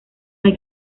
hay